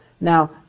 Now